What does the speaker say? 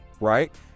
right